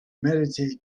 meditate